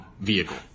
vehicle